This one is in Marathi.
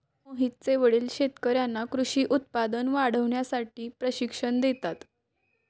मोहितचे वडील शेतकर्यांना कृषी उत्पादन वाढवण्यासाठी प्रशिक्षण देतात